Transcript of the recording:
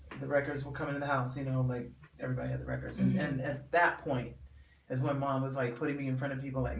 the records will come into the house you know like everybody had the records and and at that point is when mom was like putting me in front of people